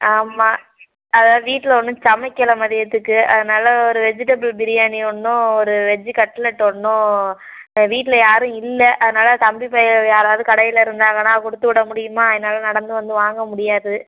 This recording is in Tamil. ஆமாம் அதான் வீட்டில் ஒன்னும் சமைக்கல மதியத்துக்கு அதனால் ஒரு வெஜ்ஜுடபுள் பிரியாணி ஒன்றும் ஒரு வெஜ்ஜு கட்லட் ஒன்றும் வீட்டில் யாரும் இல்லை அதனால் தம்பி பையலோ யாராவது கடையில் இருந்தாங்கனா கொடுத்து விட முடியுமா என்னால் நடந்து வந்து வாங்க முடியாது